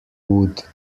wood